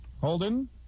Holden